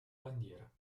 bandiera